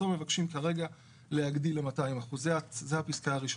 מבקשים כרגע להגדיל ל 200%. זו הפסקה הראשונה.